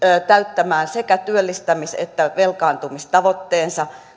täyttämään sekä työllistämis että velkaantumistavoitteensa